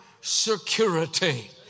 security